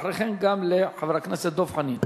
ואחרי כן גם לחבר הכנסת דב חנין.